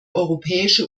europäische